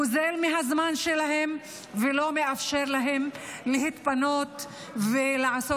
גוזל מהזמן שלהם ולא מאפשר להם להתפנות ולעשות